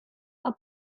are